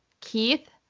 Keith